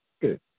good